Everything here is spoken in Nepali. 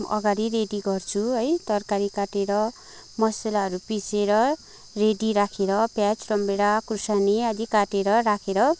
अगाडि रेडी गर्छु है तरकारी काटेर मसलाहरू पिसेर रेडी राखेर प्याज रामभेँडा खोर्सानी आदी काटेर राखेर